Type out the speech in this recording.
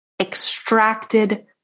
Extracted